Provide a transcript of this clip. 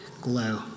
glow